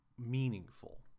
meaningful